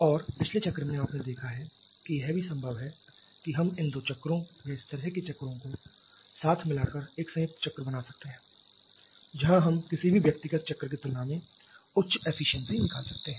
और पिछले लेक्चर में आपने देखा है कि यह भी संभव है कि हम इन दो चक्रों या इस तरह के चक्रों को साथ मिलाकर एक संयुक्त चक्र बना सकते हैं जहाँ हम किसी भी व्यक्तिगत चक्र की तुलना में उच्च एफिशिएंसी निकाल सकते हैं